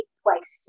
twice